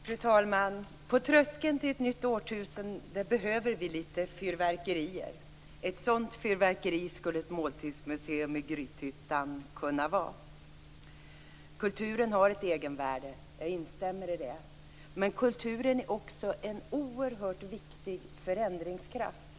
Fru talman! På tröskeln till ett nytt årtusende behöver vi litet fyrverkerier. Ett sådant fyrverkeri skulle ett måltidsmuseum i Grythyttan kunna vara. Kulturen har ett egenvärde. Jag instämmer i det. Men kulturen är också en oerhört viktig förändringskraft.